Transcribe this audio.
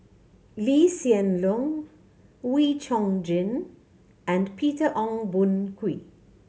Lee Hsien Loong Wee Chong Jin and Peter Ong Boon Kwee